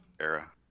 era